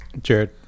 Jared